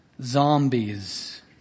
zombies